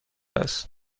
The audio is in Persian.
است